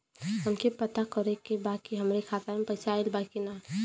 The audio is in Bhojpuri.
हमके पता करे के बा कि हमरे खाता में पैसा ऑइल बा कि ना?